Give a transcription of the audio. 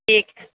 ठीक छै